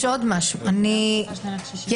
מכינים עכשיו תקציב.